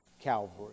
Calvary